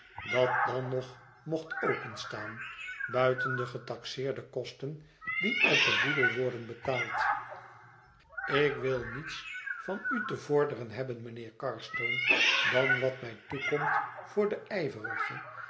dat dan nog mocht openstaan buiten de getaxeerde kosten die uit den boedel worden betaald ik wil niets van u te vorderen hebben mijnheer carstone dan wat mij toekomt voor de